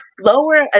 lower